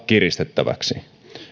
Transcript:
kiristettäväksi